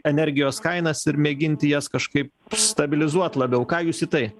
energijos kainas ir mėginti jas kažkaip stabilizuot labiau ką jūs į tai